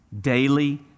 daily